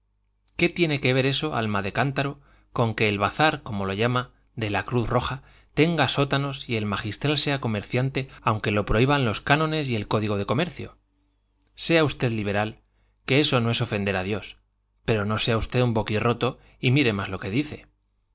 qué tiene que ver eso alma de cántaro con que el bazar como lo llama de la cruz roja tenga sótanos y el magistral sea comerciante aunque lo prohíban los cánones y el código de comercio sea usted liberal que eso no es ofender a dios pero no sea usted un boquirroto y mire más lo que dice